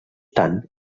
tant